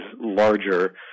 larger